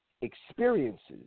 experiences